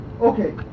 Okay